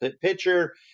pitcher